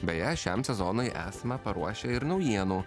beje šiam sezonui esame paruošę ir naujienų